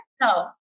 No